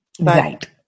right